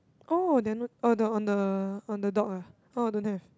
oh they are on the on the on the dog ah oh don't have